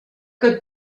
que